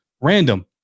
Random